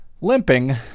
limping